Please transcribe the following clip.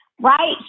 Right